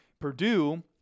Purdue